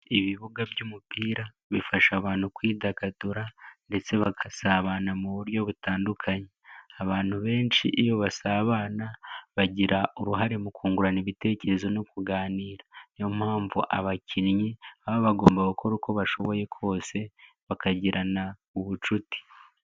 Ibibuga by'umupira bifasha abantu kwidagadura ndetse bagasabana mu buryo butandukanye. Abantu benshi iyo basabana, bagira uruhare mu kungurana ibitekerezo no kuganira. Niyo mpamvu abakinnyi baba bagomba gukora uko bashoboye kose bakagirana ubucuti.